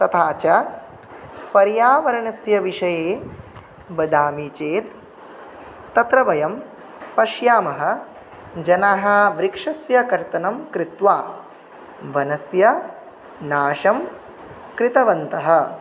तथा च पर्यावरणस्य विषये वदामि चेत् तत्र वयं पश्यामः जनाः वृक्षस्य कर्तनं कृत्वा वनस्य नाशं कृतवन्तः